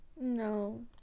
no